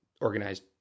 organized